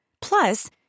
Plus